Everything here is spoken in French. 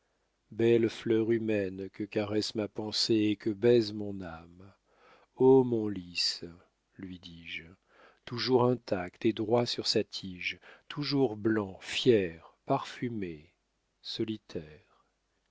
belle fleur humaine que caresse ma pensée et que baise mon âme ô mon lys lui dis-je toujours intact et droit sur sa tige toujours blanc fier parfumé solitaire